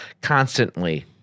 constantly